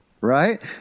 right